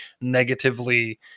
negatively